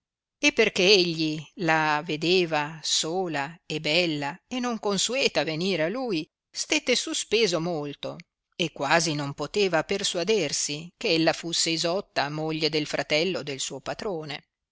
e perchè egli la vedeva sola e bella e non consueta venir a lui stette suspeso molto e quasi non poteva persuadersi che ella fusse isotta moglie del fratello del suo patrone